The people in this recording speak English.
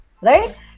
Right